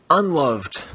unloved